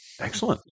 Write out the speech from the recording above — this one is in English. excellent